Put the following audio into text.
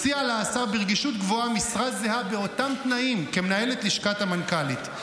הציע השר ברגישות גבוהה משרה זהה באותם תנאים כמנהלת לשכת המנכ"לית.